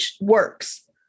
works